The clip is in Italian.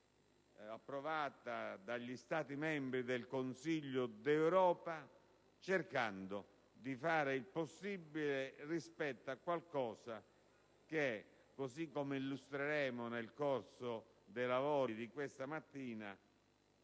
approvato dagli Stati membri del Consiglio d'Europa, cercando di fare il possibile rispetto a qualcosa che, così come illustreremo nel corso dei lavori di questa mattina,